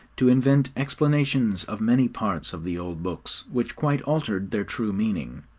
to invent explanations of many parts of the old books which quite altered their true meaning.